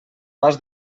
pas